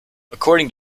according